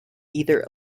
either